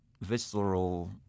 visceral